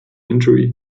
injury